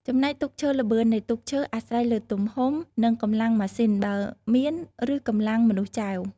ចំណែកទូកឈើល្បឿននៃទូកឈើអាស្រ័យលើទំហំ និងកម្លាំងម៉ាស៊ីន បើមាន ឬកម្លាំងមនុស្សចែវ ។